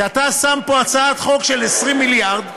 כשאתה שם פה הצעת חוק של 20 מיליארד,